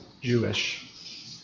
Jewish